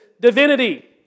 divinity